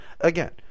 again